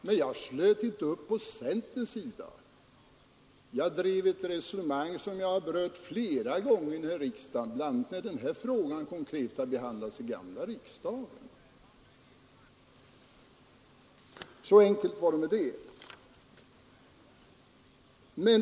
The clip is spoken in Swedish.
Men jag slöt inte upp på centerns sida; jag drev ett resonemang som jag fört flera gånger, bl.a. när denna fråga konkret har behandlats. Så enkelt var det med detta! Jag har också tidigare motionerat i frågan.